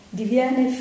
diviene